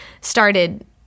started